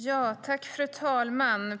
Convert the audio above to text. Fru talman!